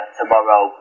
tomorrow